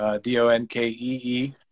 D-O-N-K-E-E